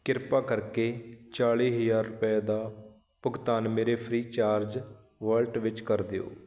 ਕਿਰਪਾ ਕਰਕੇ ਚਾਲੀ ਹਜ਼ਾਰ ਰੁਪਏ ਦਾ ਭੁਗਤਾਨ ਮੇਰੇ ਫ੍ਰੀਚਾਰਜ ਵਾਲਟ ਵਿੱਚ ਕਰ ਦਿਓ